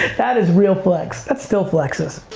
that is real flex. that still flexes.